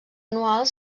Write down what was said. anual